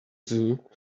zoo